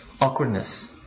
awkwardness